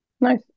nice